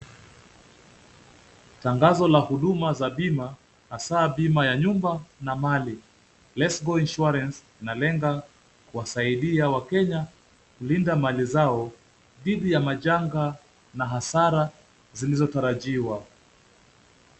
Tangazo la huduma za bima hasa bima ya nyumba na mali. Letsgo Insuarence inalenga kuwasaidia wakenya kulinda mali zao dhidi ya majanga na hasara zilizotarajiwa.